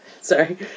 sorry